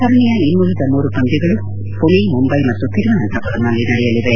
ಸರಣಿಯ ಇನ್ನುಳಿದ ಮೂರು ಪಂದ್ಯಗಳು ಕ್ರಮವಾಗಿ ಪುಣೆ ಮುಂಬೈ ಮತ್ತು ತಿರುವನಂತಪುರಂನಲ್ಲಿ ನಡೆಯಲಿವೆ